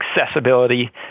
accessibility